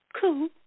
coo